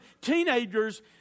teenagers